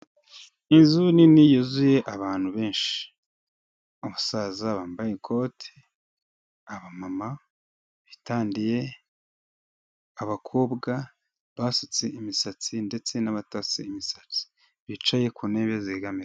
Inzu nini yuzuye abantu benshi abasaza bambaye ikoti, abamama bitangiyediye, abakobwa basutse imisatsi ndetse n'abatasutse imisatsi bicaye ku ntebe zegamirwa.